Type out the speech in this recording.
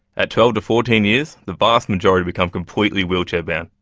at twelve to fourteen years the vast majority become completely wheelchair-bound,